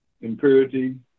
impurity